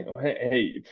Hey